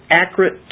accurate